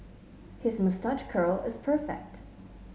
his moustache curl is perfect